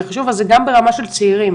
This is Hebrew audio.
זה גם ברמה של צעירים